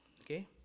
Okay